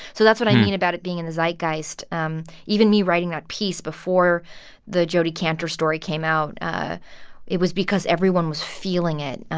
so that's what i mean about it being in the zeitgeist. um even me writing that piece before the jodi kantor story came out ah it was because everyone was feeling it.